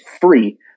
free